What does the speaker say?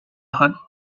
hot